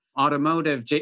automotive